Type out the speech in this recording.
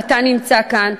ואתה נמצא כאן,